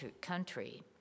country